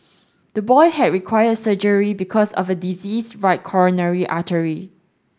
the boy had required surgery because of a diseased right coronary artery